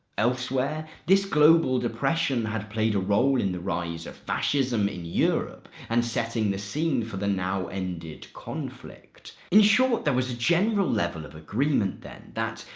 elsewhere, this global depression had played a role in the rise of fascism in europe and setting the scene for the now-ended conflict. in short, there was a general level of agreement then that,